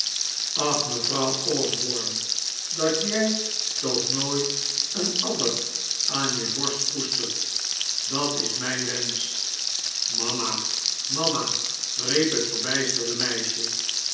ach mevrouw osborne dat jij toch nooit een adder aan je borst koestert dat is tnijn wensch mama mama riep het verbijsterde meisje